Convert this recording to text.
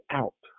out